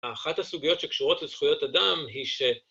אחת הסוגיות שקשורות לזכויות אדם היא ש...